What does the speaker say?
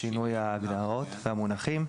שינוי ההגדרות והמונחים.